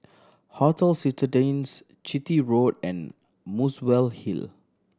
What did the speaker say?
Hotel Citadines Chitty Road and Muswell Hill